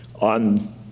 on